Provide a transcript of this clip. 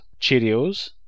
Cheerios